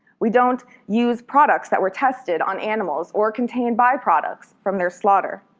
we don't use products that were tested on animals or contain byproducts from their slaughter.